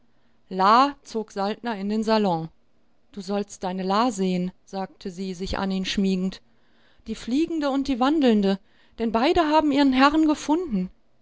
zog saltner in den salon du sollst deine la sehen sagte sie sich an ihn schmiegend die fliegende und die wandelnde denn beide haben ihren herren gefunden